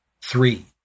Three